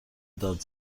داد